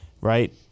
right